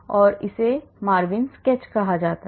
और इसे MARVIN sketch कहा जाता है